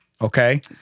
okay